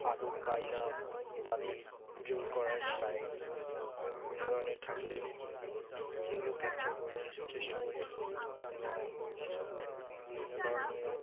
আদব কায়দা তাদের পুজো করার স্টাইল এবং বিভিন্ন ধরনের ঠাকুরের মূর্তি সেগুলো ক্যাপচার করার চেষ্টা করি এবং বিভিন্ন ধরনের